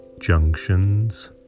junctions